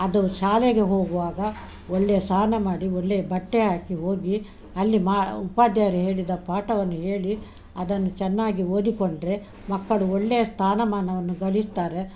ಅದು ಶಾಲೆಗೆ ಹೋಗುವಾಗ ಒಳ್ಳೆಯ ಸ್ನಾನ ಮಾಡಿ ಒಳ್ಳೆಯ ಬಟ್ಟೆ ಹಾಕಿ ಹೋಗಿ ಅಲ್ಲಿ ಮಾ ಉಪಾಧ್ಯಾಯರು ಹೇಳಿದ ಪಾಠವನ್ನು ಹೇಳಿ ಅದನ್ನು ಚೆನ್ನಾಗಿ ಓದಿಕೊಂಡರೆ ಮಕ್ಕಳು ಒಳ್ಳೆಯ ಸ್ಥಾನಮಾನವನ್ನು ಗಳಿಸ್ತಾರೆ